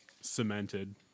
cemented